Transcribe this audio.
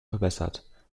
verbessert